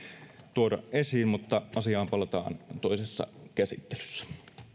tuoda esiin mutta asiaan palataan toisessa käsittelyssä